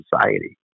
society